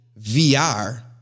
VR